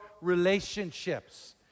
relationships